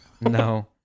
No